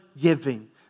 giving